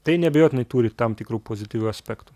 tai neabejotinai turi tam tikrų pozityvių aspektų